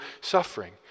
suffering